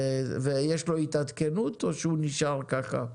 יש לו התעדכנות או שהוא נשאר ככה?